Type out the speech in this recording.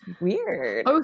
weird